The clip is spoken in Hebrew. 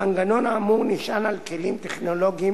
המנגנון האמור נשען על כלים טכנולוגיים,